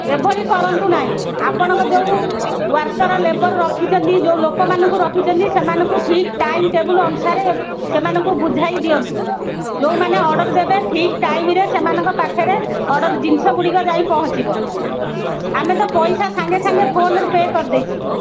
ଏଭଳି କରନ୍ତୁ ନାହିଁ ଆପଣଙ୍କ ଯେଉଁ ୱାର୍କର୍ ଲେବର୍ ରଖିଛନ୍ତି ଯେଉଁ ଲୋକମାନଙ୍କୁ ରଖିଛନ୍ତି ସେମାନଙ୍କୁ ଠିକ୍ ଟାଇମ୍ ଟେବୁଲ୍ ଅନୁସାରେ ସେମାନଙ୍କୁ ବୁଝାଇ ଦିଅନ୍ତୁ ଯେଉଁମାନେ ଅର୍ଡ଼ର୍ ଦେବେ ଠିକ୍ ଟାଇମ୍ରେ ସେମାନଙ୍କ ପାଖରେ ଅର୍ଡ଼ର୍ ଜିନିଷଗୁଡ଼ିକ ଯାଇ ପହଞ୍ଚିବ ଆମେ ତ ପଇସା ସାଙ୍ଗେ ସାଙ୍ଗେ ଫୋନ୍ରେ ପେ କରିଦେଇଛୁ